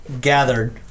gathered